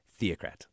theocrat